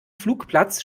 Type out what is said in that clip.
flugplatz